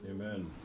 Amen